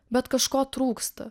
bet kažko trūksta